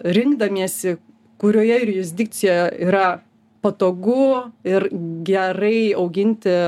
rinkdamiesi kurioje jurisdikcijoje yra patogu ir gerai auginti